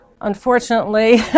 Unfortunately